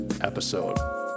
episode